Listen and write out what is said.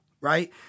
right